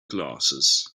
glasses